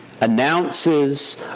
announces